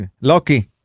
Loki